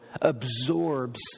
absorbs